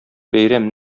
бәйрәм